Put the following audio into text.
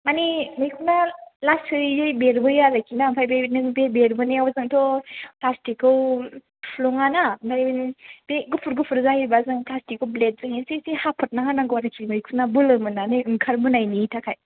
माने मैखुना लासैयै बेरबोयो आरोखिना ओमफ्राय बे बेरबोनायाव जोंथ' फ्लास्टिकखौ थुफ्लङा ना ओमफ्राय बे गुफुर गुफुर जायोब्ला जों फ्लास्टिकखौ ब्लेदजों एसे एसे हाफ्रोमना होनांगौ आरोखि मैखुना बोलो मोननानै ओंखारबोनायनि थाखाय